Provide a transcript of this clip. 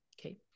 Okay